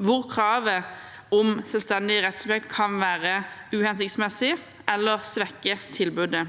hvor kravet om selvstendig rettssubjekt kan være uhensiktsmessig eller svekke tilbudet.